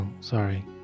Sorry